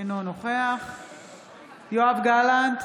אינו נוכח יואב גלנט,